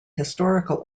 historical